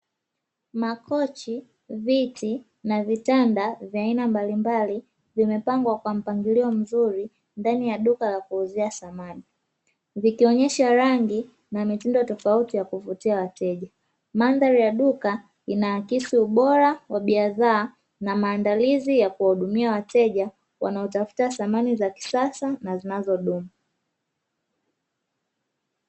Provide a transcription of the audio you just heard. Makochi, viti na vitanda vya aina mbalimbali vimepangwa kwa mpangilio mzuri ndani ya duka la kuuzia samani vikionyesha rangi na mitindo tofauti ya kuvutia wateja, mandhari ya duka inaakisi ubora wa bidhaa na maandalizi ya kuwahudumia wateja wanaotafuta samani za kisasa na zinazodumu.